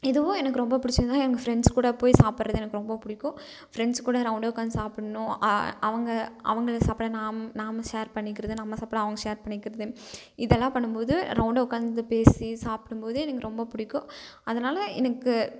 இதுவும் எனக்கு ரொம்ப பிடிச்சதுதான் எங்கள் ஃப்ரெண்ட்ஸ் கூட போய் சாப்பிட்றது எனக்கு ரொம்ப பிடிக்கும் ஃப்ரெண்ட்ஸ் கூட ரௌண்டாக உட்காந்து சாப்படண்ணும் அவங்க அவங்க சாப்பாடை நாம் நம்ம ஷேர் பண்ணிக்கறது நம்ம சாப்பாடை அவங்க ஷேர் பண்ணிக்கறது இதெல்லாம் பண்ணும்போது ரௌண்டடாக உட்காந்து பேசி சாப்பிடும்போது எனக்கு ரொம்ப பிடிக்கும் அதனால் எனக்கு